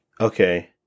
Okay